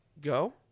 Go